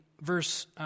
verse